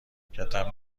کتم